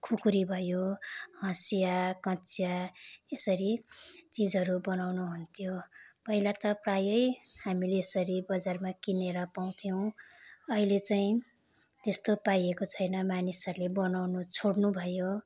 खुकुरी भयो हँसिया कँचिया यसरी चिजहरू बनाउनुहुन्थ्यो पहिला त प्रायैः हामीले यसरी बजारमा किनेर पाउँथ्यौँ अहिले चाहिँ त्यस्तो पाइएको छैन मानिसहरूले बनाउनु छोड्नुभयो